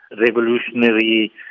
revolutionary